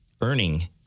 earning